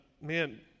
man